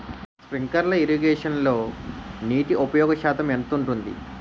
Sprinkler ఇరగేషన్లో నీటి ఉపయోగ శాతం ఎంత ఉంటుంది?